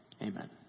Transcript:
Amen